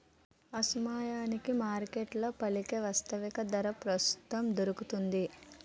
ఆసమయానికి మార్కెట్లో పలికే వాస్తవిక ధర ప్రస్తుత ధరౌతుంది